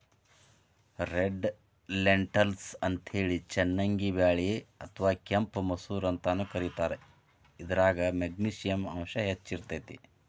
red lentils ಅಂತೇಳಿ ಚನ್ನಂಗಿ ಬ್ಯಾಳಿ ಅತ್ವಾ ಕೆಂಪ್ ಮಸೂರ ಅಂತಾನೂ ಕರೇತಾರ, ಇದ್ರಾಗ ಮೆಗ್ನಿಶಿಯಂ ಅಂಶ ಹೆಚ್ಚ್ ಇರ್ತೇತಿ